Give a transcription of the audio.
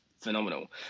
phenomenal